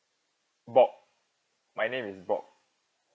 bob my name is bob